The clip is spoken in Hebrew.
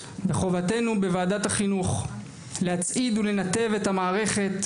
וחובתנו בוועדת החינוך להצעיד ולנתב את המערכת,